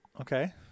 Okay